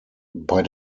bei